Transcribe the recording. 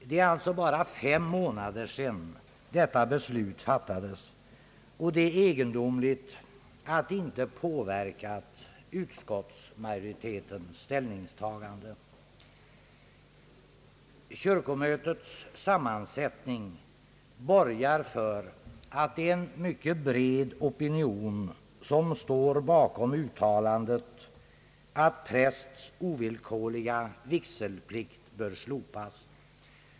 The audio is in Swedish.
Det är alltså bara fem månader sedan detta beslut fattades, och det är egendomligt att det inte påverkat utskottsmajoritetens ställningstagande. Kyrkomötets sammansättning borgar för att det är en mycket bred opinion som står bakom uttalandet att prästs ovillkorliga vigselplikt bör slopas.